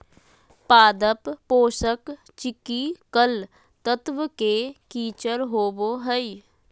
पादप पोषक चिकिकल तत्व के किचर होबो हइ